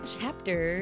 Chapter